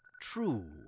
True